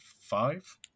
five